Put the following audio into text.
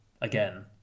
again